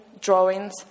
drawings